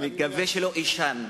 מקווה שלא אישן,